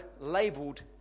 labeled